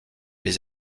les